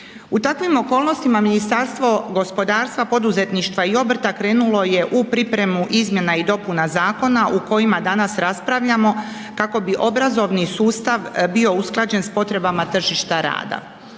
U takvim okolnostima Ministarstvo gospodarstva, poduzetništva i obrta krenulo je u pripremu izmjenu i dopuna zakona o kojima danas raspravljamo kako bi obrazovni sustav bio usklađen s potrebama tržišta rada.